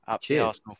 Cheers